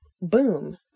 boom